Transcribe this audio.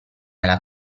alla